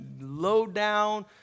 low-down